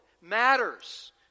matters